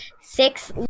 six